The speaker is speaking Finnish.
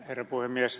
herra puhemies